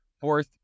Fourth